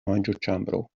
manĝoĉambro